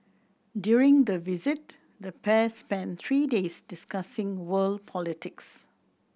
during the visit the pair spent three days discussing world politics